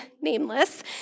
nameless